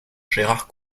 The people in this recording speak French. gérard